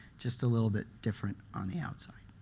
just a little bit different on the outside.